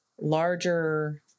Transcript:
larger